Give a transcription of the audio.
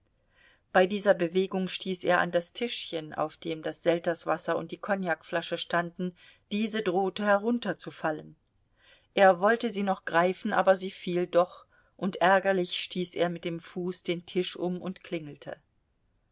bei dieser bewegung stieß er an das tischchen auf dem das selterswasser und die kognakflasche standen diese drohte herunterzufallen er wollte sie noch greifen aber sie fiel doch und ärgerlich stieß er mit dem fuß den tisch um und klingelte